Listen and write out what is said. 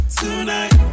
tonight